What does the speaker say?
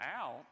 out